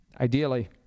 ideally